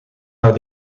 naar